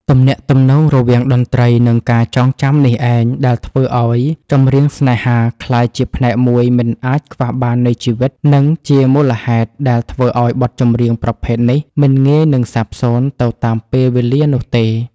ទំនាក់ទំនងរវាងតន្ត្រី និងការចងចាំនេះឯងដែលធ្វើឱ្យ ចម្រៀងស្នេហា ក្លាយជាផ្នែកមួយមិនអាចខ្វះបាននៃជីវិត និងជាមូលហេតុដែលធ្វើឱ្យបទចម្រៀងប្រភេទនេះមិនងាយនឹងសាបសូន្យទៅតាមពេលវេលានោះទេ។